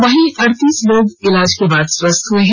वहीं अड़तीस लोग इलाज के बाद स्वस्थ हए हैं